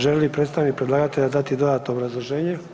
Želi li predstavnik predlagatelja dati dodatno obrazloženje?